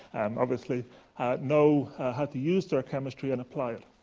obviously know how to use their chemistry and apply it.